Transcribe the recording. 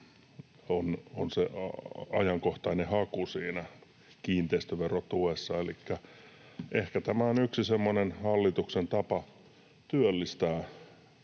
on se ajankohtainen haku siinä kiinteistöverotuessa. Ehkä tämä on yksi semmoinen hallituksen tapa työllistää